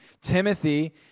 Timothy